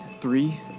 three